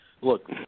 Look